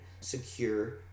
secure